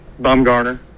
Bumgarner